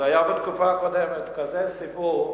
קדימה.